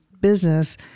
business